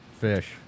fish